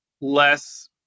less